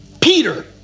peter